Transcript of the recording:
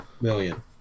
million